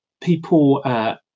people